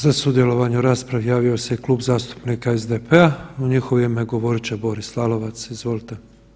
Za sudjelovanje u raspravi javio se i Klub zastupnika SDP-a, u njihovo ime govorit će Boris Lalovac, izvolite.